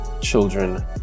children